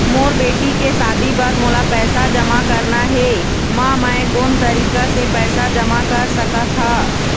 मोर बेटी के शादी बर मोला पैसा जमा करना हे, म मैं कोन तरीका से पैसा जमा कर सकत ह?